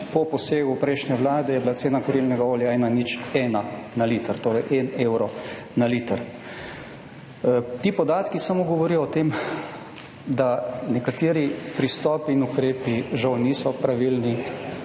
po posegu prejšnje Vlade je bila cena kurilnega olja 1,01 na liter, torej en evro na liter. Ti podatki samo govorijo o tem, da nekateri pristopi in ukrepi žal niso pravilni